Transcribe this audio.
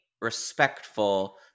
respectful